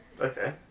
Okay